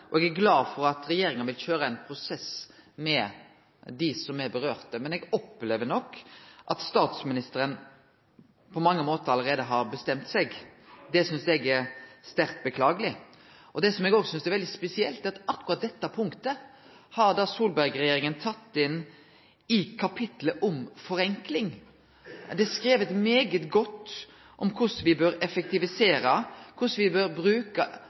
Eg er glad for at regjeringa vil køyre ein prosess med dei dette vedkjem. Men eg opplever nok at statsministeren på mange måtar allereie har bestemt seg. Det synest eg er sterkt beklageleg. Det eg synest er veldig spesielt, er at nettopp dette punktet har Solberg-regjeringa tatt inn i kapittelet om forenkling. Ein skriv svært godt om korleis ein skal effektivisere, korleis